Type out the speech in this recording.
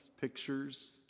pictures